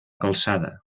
calçada